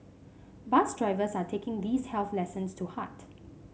bus drivers are taking these health lessons to heart